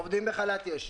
עובדים בחל"ת יש.